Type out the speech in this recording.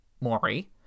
Maury